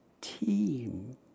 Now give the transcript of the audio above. team